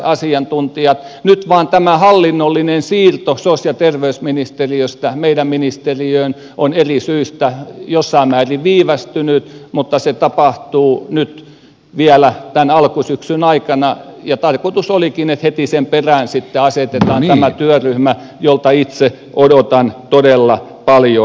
nyt vain tämä hallinnollinen siirto sosiaali ja terveysministeriöstä meidän ministeriöömme on eri syistä jossain määrin viivästynyt mutta se tapahtuu nyt vielä tämän alkusyksyn aikana ja tarkoitus olikin että heti sen perään sitten asetetaan tämä työryhmä jolta itse odotan todella paljon